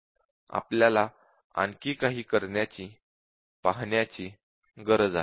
आपल्याला आणखी काही करण्याची पाहण्याची गरज आहे